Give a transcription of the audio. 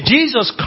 Jesus